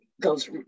goes